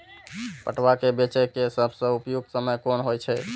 पटुआ केय बेचय केय सबसं उपयुक्त समय कोन होय छल?